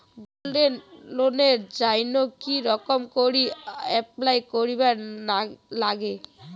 Gold লোনের জইন্যে কি রকম করি অ্যাপ্লাই করিবার লাগে?